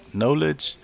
knowledge